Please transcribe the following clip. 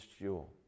jewel